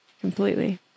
completely